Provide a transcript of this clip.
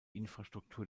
infrastruktur